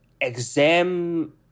exam